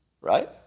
right